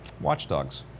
Watchdogs